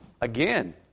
Again